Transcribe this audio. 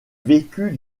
vécut